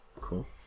Cool